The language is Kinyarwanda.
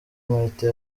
martin